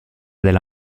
della